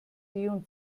nur